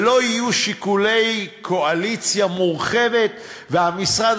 ולא יהיו שיקולי קואליציה מורחבת שהמשרד